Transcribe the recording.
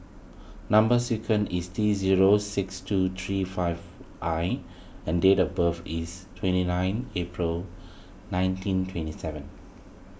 Number Sequence is T zero six two three five I and date of birth is twenty nine April nineteen twenty seven